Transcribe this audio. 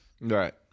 right